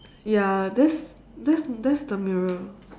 ya that's that's that's the mirror